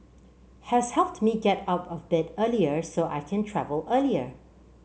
has helped me get out of bed earlier so I can travel earlier